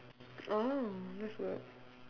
oh that's good